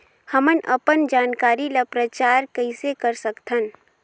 हमन अपन जानकारी ल प्रचार कइसे कर सकथन?